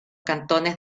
cantones